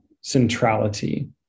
centrality